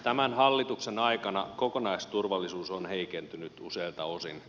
tämän hallituksen aikana kokonaisturvallisuus on heikentynyt useilta osin